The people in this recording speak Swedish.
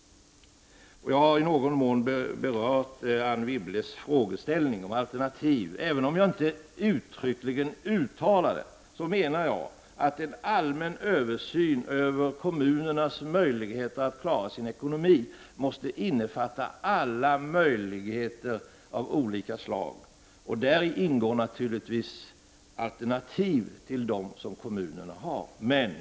Jag har i någon mån berört Anne Wibbles fråga om alternativ. Även om jag inte uttryckligen uttalade det, så menade jag att en allmän översyn av kommunernas möjligheter att klara sin ekonomi måste innefatta alla möjligheter av olika slag. Däri ingår naturligtvis alternativ till de möjligheter som kommunerna nu har.